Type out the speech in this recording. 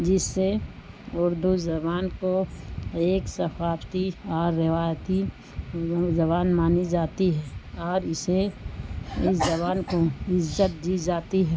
جس سے اردو زبان کو ایک ثقافتی اور روایتی زبان مانی جاتی ہے اور اسے اس زبان کو عزت دی جاتی ہے